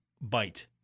bite